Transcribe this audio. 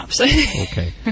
Okay